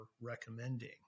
recommending